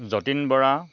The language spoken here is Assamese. যতীন বৰা